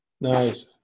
nice